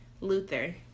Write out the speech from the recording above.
Luther